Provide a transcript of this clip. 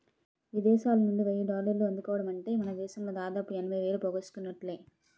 విదేశాలనుండి వెయ్యి డాలర్లు అందుకోవడమంటే మనదేశంలో దాదాపు ఎనభై వేలు పోగేసుకున్నట్టే